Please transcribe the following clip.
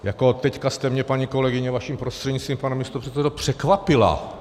Jako teď jste mě, paní kolegyně, vaším prostřednictvím, pane místopředsedo, překvapila.